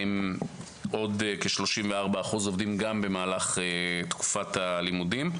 עוד כ-34% עובדים גם במהלך תקופת הלימודים.